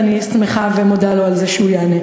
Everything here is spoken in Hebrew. ואני שמחה ומודה לו על זה שהוא יענה.